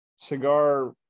cigar